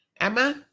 Emma